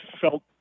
felt